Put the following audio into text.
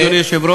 אדוני היושב-ראש,